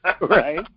Right